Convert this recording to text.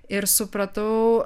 ir supratau